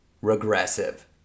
regressive